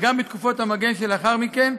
וגם בתקופות המגן שלאחר מכן,